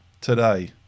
today